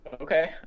Okay